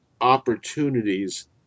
opportunities